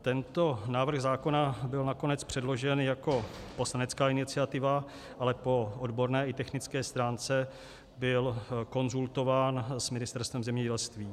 Tento návrh zákona byl nakonec předložen jako poslanecká iniciativa, ale po odborné i technické stránce byl konzultován s Ministerstvem zemědělství.